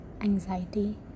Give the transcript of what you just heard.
anxiety